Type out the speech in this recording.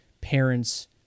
parents